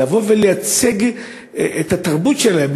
לבוא ולייצג את התרבות שלהן,